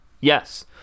Yes